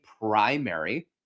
primary